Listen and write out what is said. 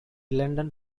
london